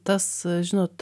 tas žinot